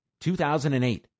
2008